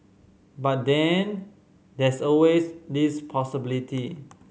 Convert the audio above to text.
but then there's always this possibility